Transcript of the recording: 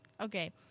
Okay